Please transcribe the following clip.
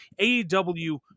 AEW